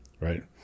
Right